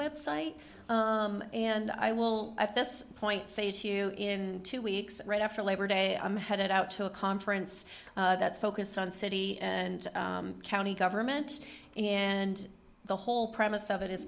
website and i will at this point say to you in two weeks right after labor day i'm headed out to a conference that's focused on city and county government and the whole premise of it is